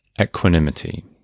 equanimity